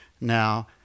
now